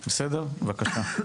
בבקשה.